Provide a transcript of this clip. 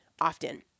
often